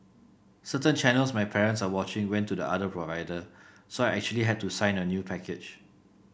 certain channels my parents are watching went to the other provider so I actually had to sign a new package